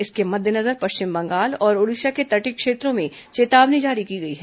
इसके मद्देनजर पश्चिम बंगाल और ओडिशा के तटीय क्षेत्रों में चेतावनी जारी की गई है